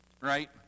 Right